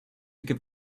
give